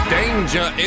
danger